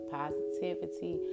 positivity